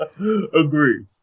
agree